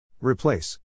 Replace